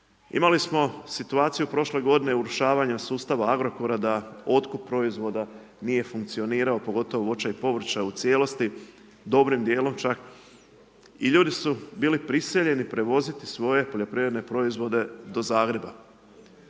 imali smo situaciju prošle godine urušavanja sustava Agrokora da otkup proizvoda nije funkcionirao, pogotovo voća i povrća u cijelosti, dobrim djelom čak, i ljudi su bili prisiljeni prevoziti svoje poljoprivredne proizvode do Zagreba.